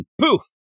poof